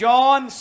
John